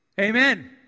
Amen